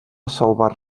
salvar